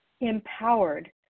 empowered